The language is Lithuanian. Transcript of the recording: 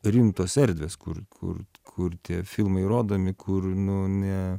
rimtos erdvės kur kur kur tie filmai rodomi kur nu ne